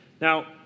Now